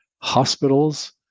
hospitals